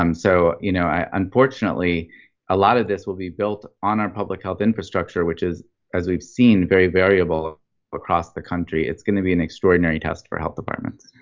um so you know unfortunately a lot of this will be built on our public health infrastructure which is as we've seen very variable across the country. it's going to be an extraordinary test for health departments.